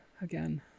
again